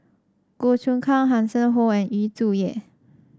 Goh Choon Kang Hanson Ho and Yu Zhuye